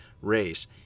race